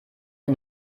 der